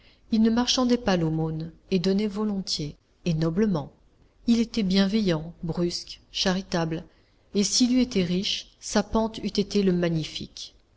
il ne marchandait pas l'aumône et donnait volontiers et noblement il était bienveillant brusque charitable et s'il eût été riche sa pente eût été le magnifique